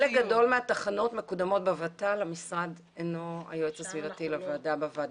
חלק גדול מהוועדות מקודמות בוות"ל והמשרד אינו יועץ לוועדה.